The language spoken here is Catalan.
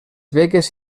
beques